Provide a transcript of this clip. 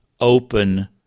open